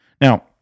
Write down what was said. Now